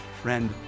Friend